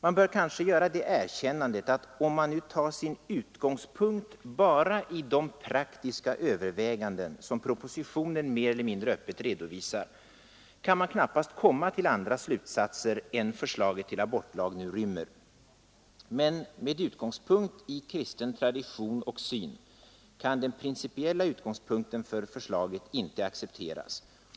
Man bör dock kanske göra det erkännandet, att om man tar sin utgångspunkt i de praktiska överväganden som propositionen mer eller mindre öppet redovisar, kan man knappast komma till andra slutsatser än förslaget till abortlag nu rymmer. Med utgångspunkt i kristen tradition och syn kan dock den principiella utgångspunkten för detta förslag icke accepteras.